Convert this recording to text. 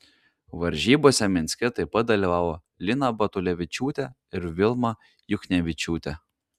varžybose minske taip pat dalyvavo lina batulevičiūtė ir vilma juchnevičiūtė